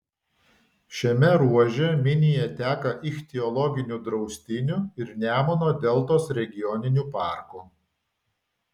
šiame ruože minija teka ichtiologiniu draustiniu ir nemuno deltos regioniniu parku